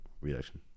reaction